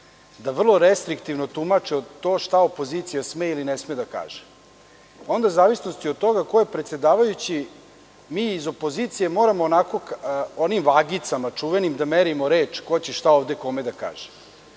da vrlo restriktivno tumače to šta opozicija sme ili ne sme da kaže, pa onda u zavisnosti od toga ko je predsedavajući, mi iz opozicije moramo onim čuvenim vagicama da merimo reč ko će šta ovde kome da kaže. Nemam